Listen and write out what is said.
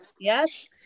yes